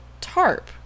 tarp